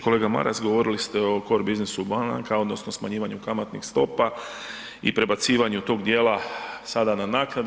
Kolega Maras, govorili ste o core business banaka odnosno smanjivanju kamatnih stopa i prebacivanju tog dijela sada na naknade.